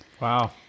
Wow